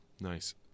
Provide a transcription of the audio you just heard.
Nice